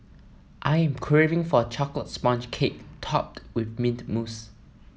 I am craving for a chocolate sponge cake topped with mint mousse